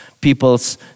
people's